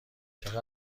چقدر